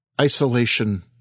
Isolation